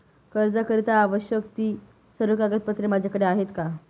कर्जाकरीता आवश्यक ति सर्व कागदपत्रे माझ्याकडे आहेत का?